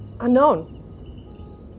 unknown